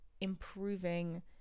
improving